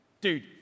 Dude